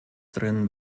drin